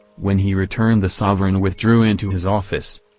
when he returned the sovereign withdrew into his office.